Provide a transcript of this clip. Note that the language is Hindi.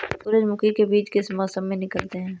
सूरजमुखी में बीज किस मौसम में निकलते हैं?